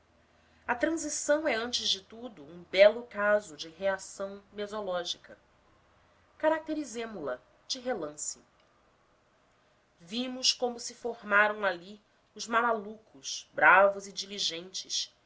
a transição é antes de tudo um belo caso de reação mesológica caracterizemo la de relance vimos como se formaram ali os mamalucos bravos e diligentes